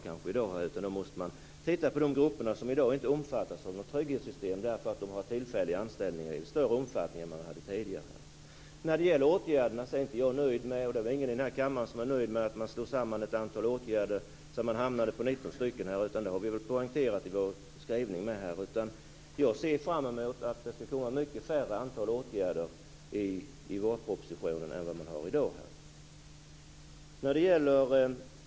Man måste titta på de grupper som i dag inte omfattas av något trygghetssystem, därför att de har tillfälliga anställningar i större omfattning än man hade tidigare. När det gäller åtgärderna är jag inte nöjd. Det är väl ingen i kammaren som är nöjd med att man slår samman ett antal åtgärder så att man hamnar på 19 stycken. Det har vi poängterat i vår skrivning. Jag ser fram emot att det skall vara betydligt färre åtgärder i vårpropositionen än man föreslår i dag.